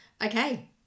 Okay